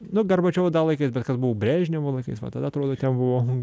nu gorbačiovo dar laikais bet kas buvo brežnevo laikais va tada atrodo ten buvo